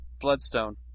Bloodstone